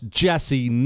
jesse